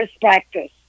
practice